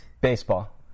Baseball